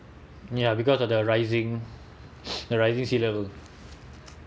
ya because of the rising rising sea levels